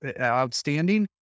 outstanding